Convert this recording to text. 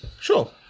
Sure